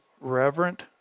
reverent